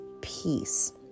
peace